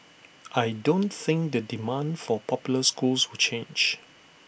I don't think the demand for popular schools will change